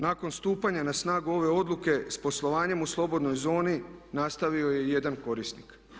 Nakon stupanja na snagu ove odluke s poslovanjem u slobodnoj zoni nastavio je jedan korisnik.